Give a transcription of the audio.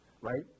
right